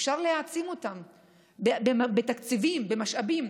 אפשר להעצים אותם בתקציבים, במשאבים.